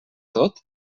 tot